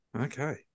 Okay